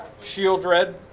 Shieldred